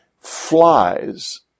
flies